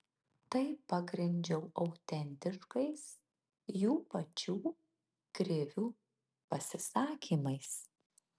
tai pagrindžiau autentiškais jų pačių krivių pasisakymais